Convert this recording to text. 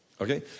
Okay